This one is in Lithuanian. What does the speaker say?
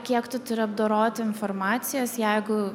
kiek tu turi apdoroti informacijos jeigu